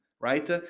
right